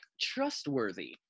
Trustworthy